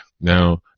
now